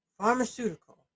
pharmaceutical